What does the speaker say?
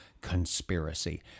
conspiracy